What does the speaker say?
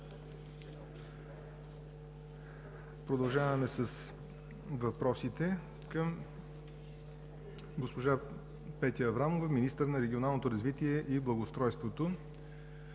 Продължаваме с въпросите към госпожа Петя Аврамова – министър на регионалното развитие и благоустройството.